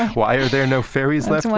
why are there no fairies left?